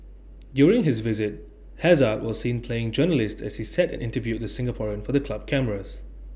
during his visit hazard was seen playing journalist as he sat and interviewed the Singaporean for the club cameras